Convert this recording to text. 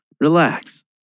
relax